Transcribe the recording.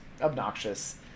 obnoxious